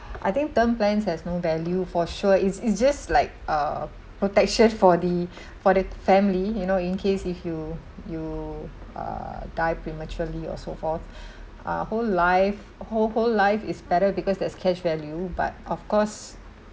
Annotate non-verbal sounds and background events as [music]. I think term plans has no value for sure it's it's just like uh protection for the [breath] for the family you know in case if you you uh die prematurely or so forth [breath] uh whole life whole whole life is better because there's cash value but of course